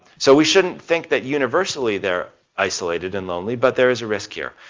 so we shouldn't think that universally they're isolated and lonely, but there is a risk here.